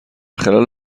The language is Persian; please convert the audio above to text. خلال